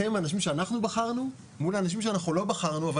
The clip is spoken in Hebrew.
אתם האנשים שאנחנו בחרנו מול האנשים שלא בחרנו אבל